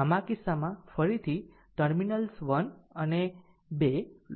આમ આ કિસ્સામાં ફરીથી ટર્મિનલ્સ 1 અને 2